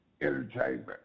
entertainment